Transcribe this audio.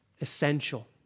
essential